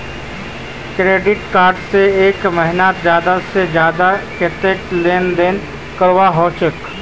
Credit card से एक महीनात ज्यादा से ज्यादा कतेरी लेन देन करवा सकोहो ही?